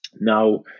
Now